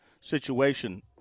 situation